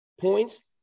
points